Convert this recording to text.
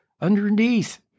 underneath